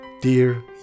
Dear